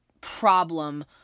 problem